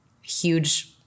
huge